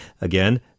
Again